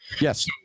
Yes